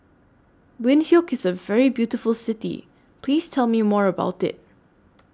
Windhoek IS A very beautiful City Please Tell Me More about IT